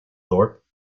thorpe